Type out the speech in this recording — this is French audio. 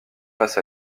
face